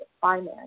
finance